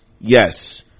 Yes